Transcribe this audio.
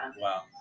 Wow